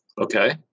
Okay